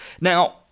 Now